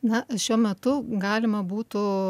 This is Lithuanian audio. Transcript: na šiuo metu galima būtų